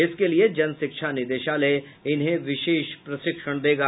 इसके लिये जनशिक्षा निदेशालय इन्हें विशेष प्रशिक्षण देगा